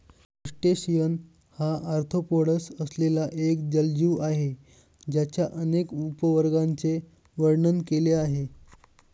crustacean हा arthropods असलेला एक जलजीव आहे ज्याच्या अनेक उपवर्गांचे वर्णन केले आहे